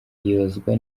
hibazwa